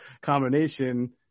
combination